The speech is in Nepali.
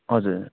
हजुर